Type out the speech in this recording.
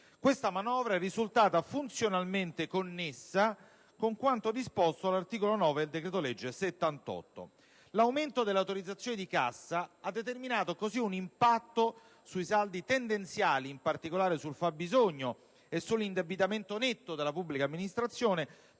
Questa manovra è risultata funzionalmente connessa con quanto disposto dall'articolo 9 del decreto-legge 1° luglio 2009, n. 78. L'aumento delle autorizzazioni di cassa determina, così, un impatto sui saldi tendenziali, in particolare sul fabbisogno e sull'indebitamento netto della pubblica amministrazione,